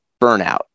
burnout